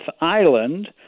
Island